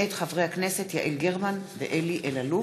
מאת חברי הכנסת יעל גרמן ואלי אלאלוף,